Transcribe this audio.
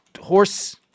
horse